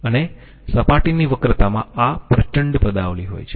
અને સપાટીની વક્રતામાં આ પ્રચંડ પદાવલિ હોય છે